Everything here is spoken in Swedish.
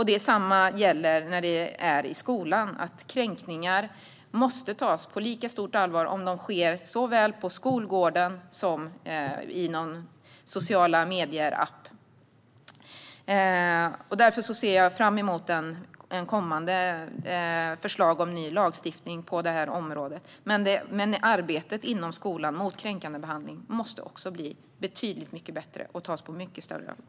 Detsamma gäller i skolan: Kränkningar måste tas på lika stort allvar oavsett om de sker på skolgården eller på sociala medier i någon app. Jag ser därför fram emot kommande förslag till ny lagstiftning på detta område. Men arbetet i skolan mot kränkande behandling måste också bli betydligt bättre och tas på mycket större allvar.